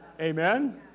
Amen